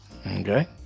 Okay